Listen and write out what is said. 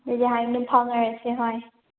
ꯑꯗꯨꯗꯤ ꯍꯌꯦꯡ ꯑꯗꯨꯝ ꯐꯥꯎꯅꯔꯁꯦ ꯍꯣꯏ